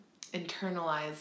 internalize